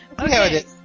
okay